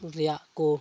ᱨᱮᱭᱟᱜ ᱠᱚ